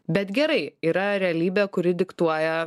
bet gerai yra realybė kuri diktuoja